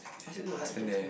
I also don't like Jasmine